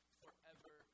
forever